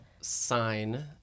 sign